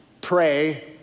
pray